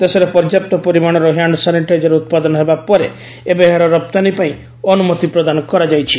ଦେଶରେ ପର୍ଯ୍ୟାପ୍ତ ପରିମାଣର ହ୍ୟାଣ୍ଡ୍ ସାନିଟାଇଜର୍ ଉତ୍ପାଦନ ହେବା ପରେ ଏବେ ଏହାର ରପ୍ତାନୀ ପାଇଁ ଅନୁମତି ପ୍ରଦାନ କରାଯାଇଛି